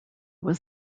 was